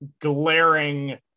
glaring